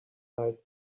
eyes